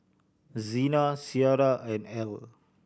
Xena Cierra and Ell